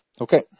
Okay